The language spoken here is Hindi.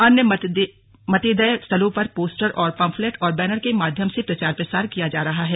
अन्य मतेदय स्थलों पर पोस्टर और पम्फलेट और बैनर के माध्यम से प्रचार प्रसार किया जा रहा है